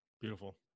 Beautiful